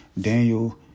Daniel